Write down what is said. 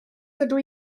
dydw